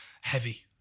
heavy